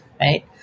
right